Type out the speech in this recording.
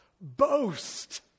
Boast